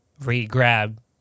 re-grab